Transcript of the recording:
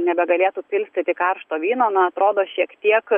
nebegalėtų pilstyti karšto vyno na atrodo šiek tiek